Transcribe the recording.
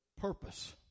purpose